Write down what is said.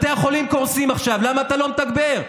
בתי החולים קורסים עכשיו, למה אתה לא מתגבר?